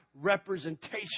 representation